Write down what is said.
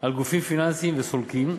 על גופים פיננסיים וסולקים,